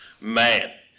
Man